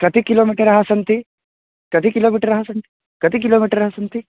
करि किलोमिटरः सन्ति कति किलोमिटरः सन्ति कति किलोमिटरः सन्ति